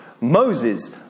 Moses